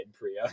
Priya